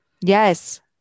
Yes